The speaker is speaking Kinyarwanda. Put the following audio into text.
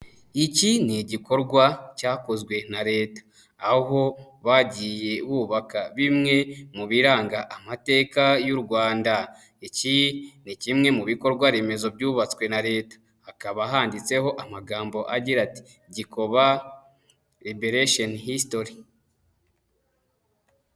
Iki ni igikorwa cyakozwe na Leta aho bagiye bubaka bimwe mu biranga amateka y'u Rwanda, iki ni kimwe mu bikorwa remezo byubatswe na Leta hakaba handitseho amagambo agira ati: "Gikoba Liberation History".